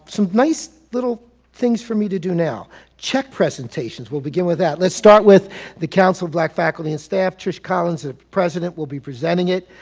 some nice little things for me to do now check presentations, we'll begin with that. let's start with the council of black faculty and staff. trish collins the president will be presenting it.